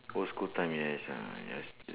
old school time yes ah yes